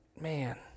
man